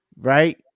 right